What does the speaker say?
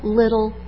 little